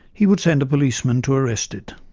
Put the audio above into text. he would send a policeman to arrest it.